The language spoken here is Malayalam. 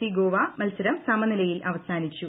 സി ഗോവ മത്സരം സമനിലയിൽ അവസാനിച്ചു